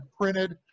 printed